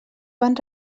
van